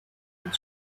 and